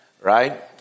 right